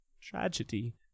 tragedy